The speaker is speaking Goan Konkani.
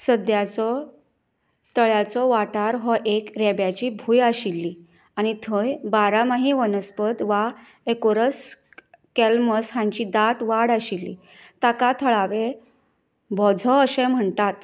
सद्याचो तळ्याचो वाठार हो एक रेब्याची भूंय आशिल्ली आनी थंय बारामाही वनस्पत वा एकोरस कॅलमस हाची दाट वाड आशिल्ली ताका थळावे भोझो अशें म्हणटात